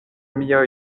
mia